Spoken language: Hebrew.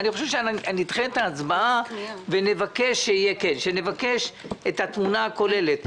אני חושב שנדחה את ההצבעה ונבקש את התמונה הכוללת.